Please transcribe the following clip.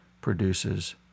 produces